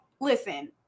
Listen